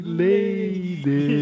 lady